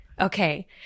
Okay